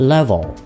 Level